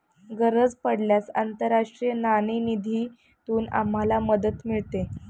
गरज पडल्यास आंतरराष्ट्रीय नाणेनिधीतून आम्हाला मदत मिळेल